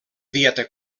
dieta